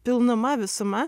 pilnuma visuma